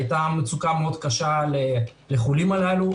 היתה מצוקה מאוד גדולה לחולים הללו.